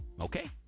Okay